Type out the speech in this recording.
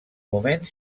moment